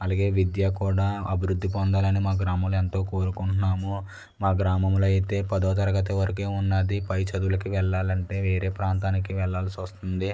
అలాగే విద్య కూడా అభివృద్ధి పొందాలని మా గ్రామంలో ఎంతో కోరుకుంటున్నాము మా గ్రామంలో అయితే పదో తరగతి వరకే ఉన్నది పై చదువులకు వెళ్ళాలి అంటే వేరే ప్రాంతానికి వెళ్ళాల్సి వస్తుంది